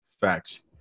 Facts